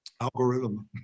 Algorithm